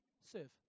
serve